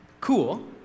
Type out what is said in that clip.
cool